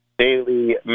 Daily